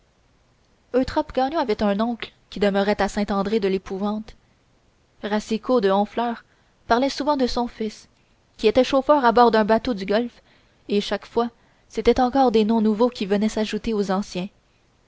avait un oncle qui demeurait à saint andré de lépouvante racicot de honfleur parlait souvent de son fils qui était chauffeur à bord d'un bateau du golfe et chaque fois c'étaient encore des noms nouveaux qui venaient s'ajouter aux anciens